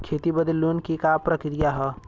खेती बदे लोन के का प्रक्रिया ह?